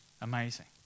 amazing